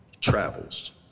travels